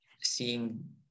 seeing